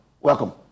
welcome